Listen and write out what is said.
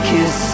Kiss